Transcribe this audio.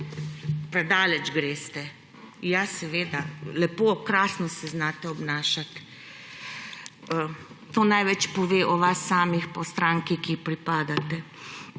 Predaleč greste. Ja, seveda, lepo, krasno se znate obnašati. To največ pove o vas samih pa o stranki, ki ji pripadate.